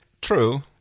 True